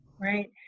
Right